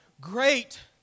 Great